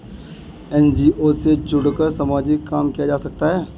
NGO से जुड़कर सामाजिक काम किया जा सकता है